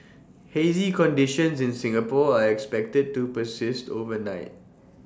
hazy conditions in Singapore are expected to persist overnight